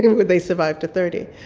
and would they survive to thirty?